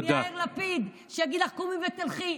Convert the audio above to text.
מיאיר לפיד, שיגיד לך: קומי ותלכי?